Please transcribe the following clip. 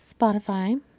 Spotify